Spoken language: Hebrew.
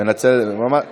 הוא יודע, הוא יודע.